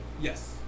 Yes